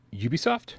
Ubisoft